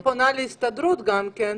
ואני הייתי פונה להסתדרות גם כן.